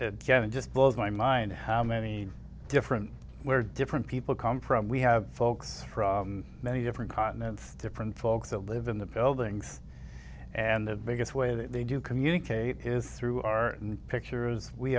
it just blows my mind how many different where different people come from we have folks from many different continents different folks that live in the buildings and the biggest way that they do communicate is through our pictures we